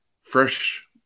fresh